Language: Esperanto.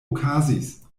okazis